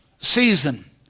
season